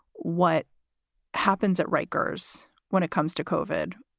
what happens at rikers when it comes to covered?